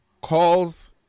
calls